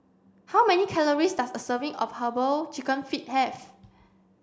how many calories does a serving of herbal chicken feet have